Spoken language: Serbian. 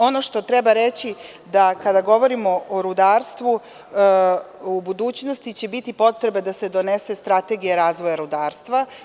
Ono što treba reći kada govorimo o rudarstvu u budućnosti će biti potreba da se donese strategija razvoja rudarstva.